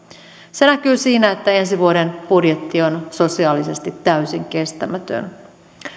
se näkyy siinä että ensi vuoden budjetti on sosiaalisesti täysin kestämätön